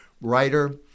writer